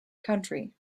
country